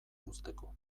uzteko